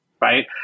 Right